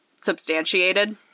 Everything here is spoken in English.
substantiated